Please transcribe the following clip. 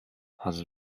has